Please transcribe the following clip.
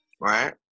Right